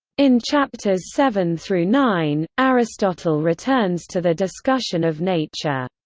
in chapters seven through nine, aristotle returns to the discussion of nature.